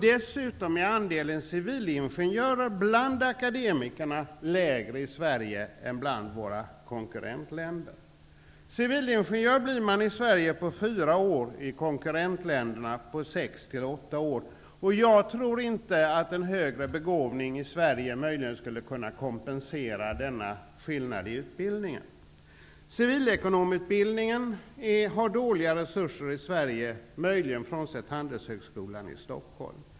Dessutom är andelen civilingenjörer bland akademikerna lägre i Sverige än bland våra konkurrentländer. Civilingenjör blir man i Sverige på fyra år och i konkurrentländerna på sex--åtta år. Jag tror inte att en högre begåvning i Sverige skulle kunna kompensera denna skillnad i utbildning. Sverige, möjligen frånsett Handelshögskolan i Stockholm.